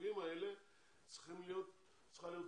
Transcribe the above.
החוגים האלה צריכה להיות,